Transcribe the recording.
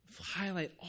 highlight